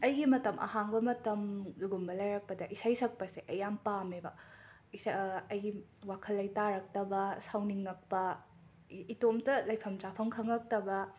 ꯑꯩꯒꯤ ꯃꯇꯝ ꯑꯍꯥꯡꯕ ꯃꯇꯝꯒꯨꯝꯕ ꯂꯩꯔꯛꯄꯗ ꯏꯁꯩ ꯁꯛꯄꯁꯦ ꯑꯩ ꯌꯥꯝꯃ ꯄꯥꯝꯃꯦꯕ ꯏꯁꯥ ꯑꯩꯒꯤ ꯋꯥꯈꯜ ꯂꯩꯇꯥꯔꯛꯇꯕ ꯁꯥꯎꯅꯤꯡꯉꯛꯄ ꯏ ꯏꯇꯣꯝꯇ ꯂꯩꯐꯝ ꯆꯥꯐꯝ ꯈꯪꯂꯛꯇꯕ